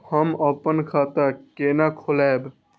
हम अपन खाता केना खोलैब?